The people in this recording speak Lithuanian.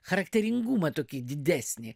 charakteringumą tokį didesnį